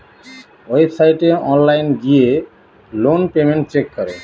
ওয়েবসাইটে অনলাইন গিয়ে loan statement check করে